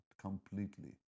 completely